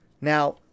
Now